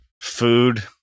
food